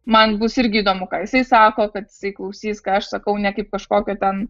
man bus irgi įdomu ką jisai sako kad jisai klausys ką aš sakau ne kaip kažkokio ten